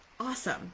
Awesome